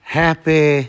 happy